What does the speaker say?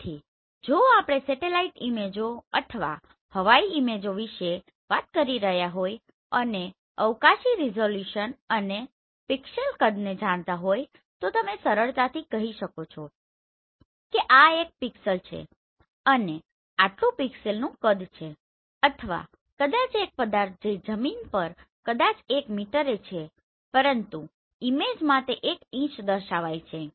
તેથી જો આપણે સેટેલાઇટ ઈમેજો અથવા હવાઇ ઈમેજો વિશે વાત કરી રહ્યા હોય અને અવકાશી રીઝોલ્યુશન અને પિક્સેલ કદને જાણતા હોય તો તમે સરળતાથી કહી શકો કે આ એક પિક્સેલ છે અને આટલુ પિક્સેલનું કદ છે અથવા કદાચ એક પદાર્થ જે જમીન પર કદાચ એક મીટરે છે પરંતુ ઈમેજમાં તે એક ઇંચ દર્શાવાય છે